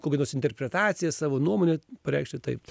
kokią nors interpretaciją savo nuomonę pareikšti taip